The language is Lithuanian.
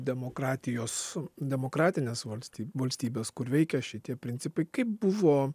demokratijos demokratines valstyb valstybes kur veikia šitie principai kaip buvo